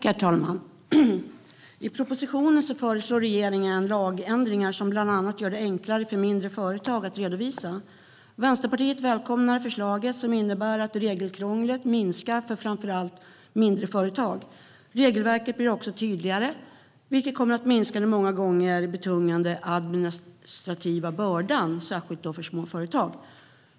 Herr talman! I propositionen föreslår regeringen lagändringar som bland annat gör det enklare för mindre företag att redovisa. Vänsterpartiet välkomnar förslaget, som innebär att regelkrånglet minskar för framför allt mindre företag. Regelverket blir också tydligare, vilket kommer att minska den många gånger betungande administrativa bördan, särskilt för småföretag.